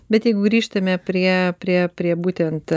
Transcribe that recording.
bet jeigu grįžtame prie prie prie būtent